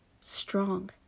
strong